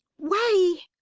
way!